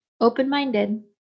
open-minded